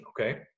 Okay